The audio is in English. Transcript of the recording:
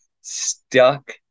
stuck